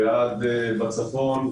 ועד הצפון,